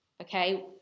Okay